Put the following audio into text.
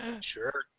Sure